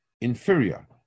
inferior